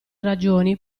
ragioni